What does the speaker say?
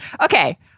Okay